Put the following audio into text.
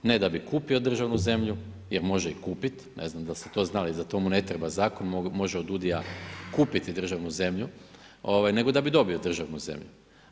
Ne da bi kupio državnu zemlju jer može i kupit, ne znam dal' ste to znali, za to mu ne treba zakon ,može od DUUDI-ja kupiti državnu zemlju, nego da bi dobio državnu zemlju.